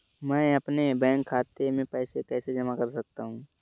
मैं अपने बैंक खाते में पैसे कैसे जमा कर सकता हूँ?